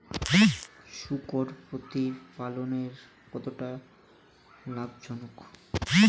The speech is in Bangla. শূকর প্রতিপালনের কতটা লাভজনক?